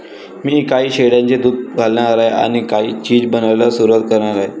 मी काही शेळ्यांचे दूध घालणार आहे आणि काही चीज बनवायला सुरुवात करणार आहे